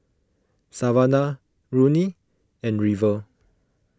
Savana Ronnie and River